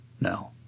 no